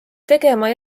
tegema